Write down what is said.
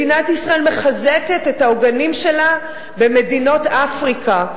מדינת ישראל מחזקת את העוגנים שלה במדינות אפריקה.